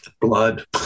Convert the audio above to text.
blood